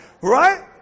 Right